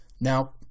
now